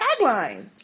tagline